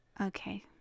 Okay